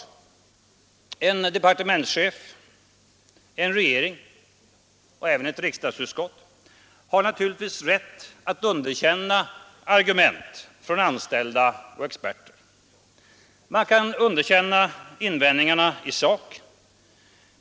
En departementschef, en regering och även ett riksdagsutskott har naturligtvis rätt att underkänna argument från anställda och experter. Man kan underkänna invändningarna i sak.